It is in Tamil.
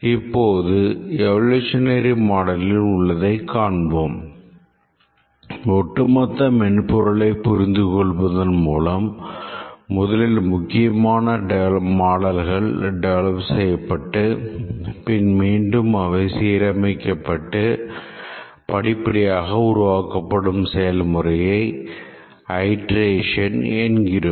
இப்போது எவோலோஷனரி மாடலில் உள்ளதை காண்போம் ஒட்டுமொத்த மென்பொருளை புரிந்து கொள்வதன் மூலம் முதலில் முக்கியமான மாடல்கள் டெவலப் செய்யப்பட்டு பின் மீண்டும் அவை சீரமைக்கப்பட்டு படிப்படியாக உருவாக்கப்படும் செயல்முறையை iteration என்கிறோம்